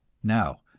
now,